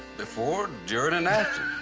before, during and after.